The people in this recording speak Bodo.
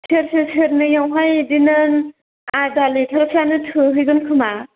सेरसे सेरनैआवहाय बिदिनो आधा लिटारसोआनो थोहैगोन खोमा